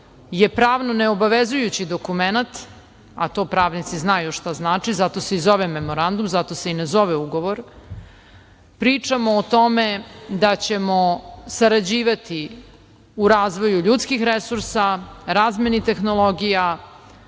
je pravno neobavezujući dokumenat, a to pravnici znaju šta znači i zato se i zove memorandum, zato se ne zove ugovor, pričamo o tome da ćemo sarađivati u razvoju ljudskih resursa, razmeni tehnologija,